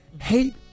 hate